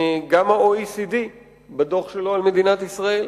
ה-OECD בדוח שלו על מדינת ישראל,